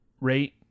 rate